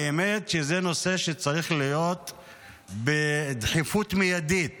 האמת שזה נושא שצריך להיות בדחיפות מיידית